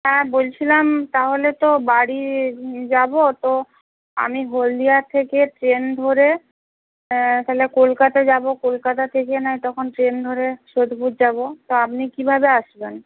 হ্যাঁ বলছিলাম তাহলে তো বাড়ি যাবো তো আমি হলদিয়া থেকে ট্রেন ধরে তাহলে কলকাতা যাবো কলকাতা থেকে নয় তখন ট্রেন ধরে সোদপুর যাবো তা আপনি কীভাবে আসবেন